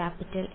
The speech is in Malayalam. വിദ്യാർത്ഥി L